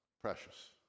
precious